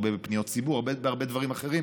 הרבה בפניות ציבור והרבה בדברים אחרים,